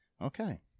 okay